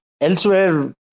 elsewhere